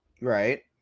Right